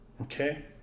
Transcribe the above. okay